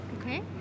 Okay